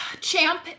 champ